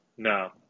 No